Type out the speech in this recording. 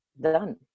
done